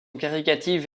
caritative